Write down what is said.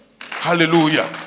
Hallelujah